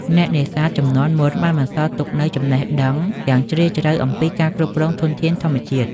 អ្នកនេសាទជំនាន់មុនបានបន្សល់ទុកនូវចំណេះដឹងយ៉ាងជ្រាលជ្រៅអំពីការគ្រប់គ្រងធនធានធម្មជាតិ។